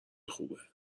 خوبه